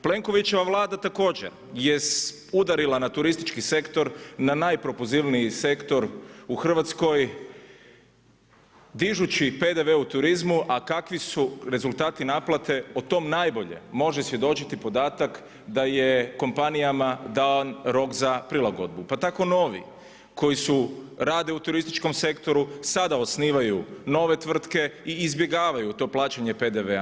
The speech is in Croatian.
Plenkovićeva Vlada također je udarila na turistički sektor, na najpropulzivniji sektor u Hrvatskoj dižući PDV u turizmu, a kakvi su rezultati naplate o tome najbolje može svjedočiti podatak da je kompanijama dan rok za prilagodbu, pa tako novi koji rade u turističkom sektoru sada osnivaju nove tvrtke i izbjegavaju to plaćanje PDV-a.